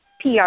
PR